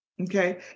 Okay